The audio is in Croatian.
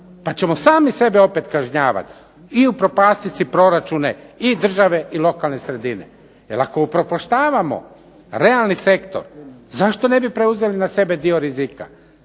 pa ćemo sami sebe opet kažnjavati i upropastiti si proračune i države i lokalne sredine. Jel ako upropaštavamo realni sektor, zašto ne bi preuzeli na sebe dio rizika?